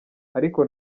ariko